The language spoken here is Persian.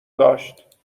داشت